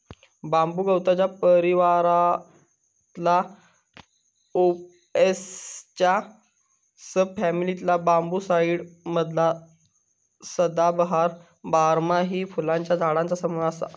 बांबू गवताच्या परिवारातला पोएसीच्या सब फॅमिलीतला बांबूसाईडी मधला सदाबहार, बारमाही फुलांच्या झाडांचा समूह असा